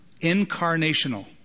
incarnational